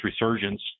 resurgence